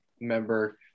member